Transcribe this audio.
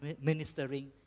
ministering